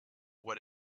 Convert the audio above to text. what